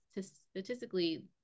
statistically